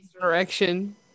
direction